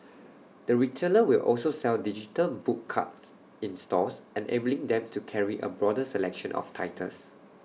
the retailer will also sell digital book cards in stores and enabling them to carry A broader selection of titles